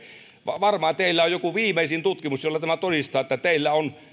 varmaan teillä on joku viimeisin tutkimus jolla tämä todistetaan että